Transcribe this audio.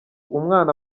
umwana